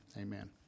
Amen